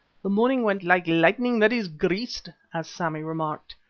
the morning went like lightning that is greased, as sammy remarked.